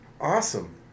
Awesome